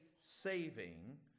saving